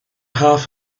half